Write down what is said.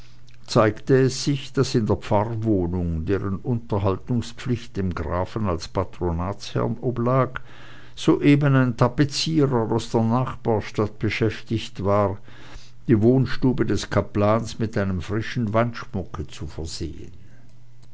zeigte es sich daß in der pfarrwohnung deren unterhaltungspflicht dem grafen als patronatsherren oblag soeben ein tapezierer aus der nachbarstadt beschäftigt war die wohnstube des kaplans mit einem frischen wandschmucke zu versehen